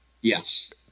Yes